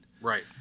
Right